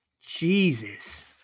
Jesus